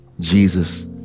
Jesus